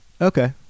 Okay